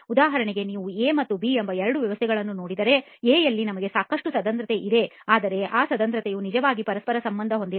ಉದಾಹರಣೆಗೆ ನೀವು ಎ ಮತ್ತು ಬಿ ಎಂಬ ಈ ಎರಡು ವ್ಯವಸ್ಥೆಗಳನ್ನು ನೋಡಿದರೆ ಎ ನಲ್ಲಿ ನಿಮಗೆ ಸಾಕಷ್ಟು ಸರಂಧ್ರತೆ ಇದೆ ಆದರೆ ಈ ಸರಂಧ್ರತೆಯು ನಿಜವಾಗಿಯೂ ಪರಸ್ಪರ ಸಂಬಂಧ ಹೊಂದಿಲ್ಲ